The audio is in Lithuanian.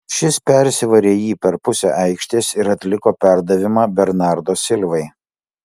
šis persivarė jį per pusę aikštės ir atliko perdavimą bernardo silvai